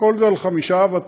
הכול זה על חמישה אבטיחים?